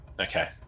Okay